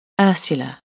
Ursula